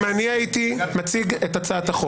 אם אני הייתי מציג את הצעת החוק,